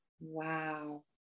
Wow